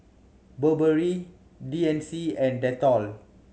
Burberry D and C and Dettol